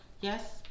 yes